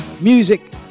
Music